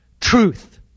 truth